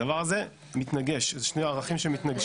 הדבר הזה מתנגש, אלו שני ערכים שמתנגשים.